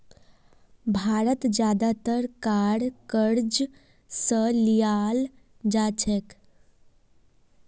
भारत ज्यादातर कार क़र्ज़ स लीयाल जा छेक